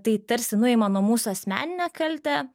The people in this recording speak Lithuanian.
tai tarsi nuima nuo mūsų asmeninę kaltę